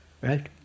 Right